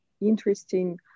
interesting